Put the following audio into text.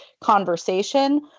conversation